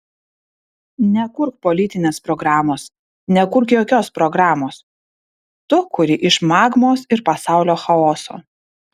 nekurk politinės programos nekurk jokios programos tu kuri iš magmos ir pasaulio chaoso